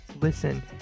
listen